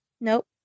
nope